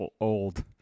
old